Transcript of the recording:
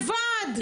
זה ועד.